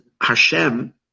Hashem